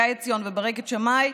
גיא עציון וברקת שמאי.